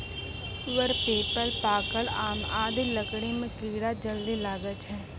वर, पीपल, पाकड़, आम आदि लकड़ी म कीड़ा जल्दी लागै छै